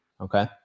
Okay